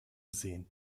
sehen